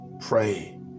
Pray